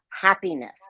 happiness